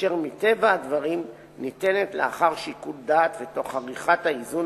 אשר מטבע הדברים ניתנת לאחר שיקול דעת ותוך עריכת האיזון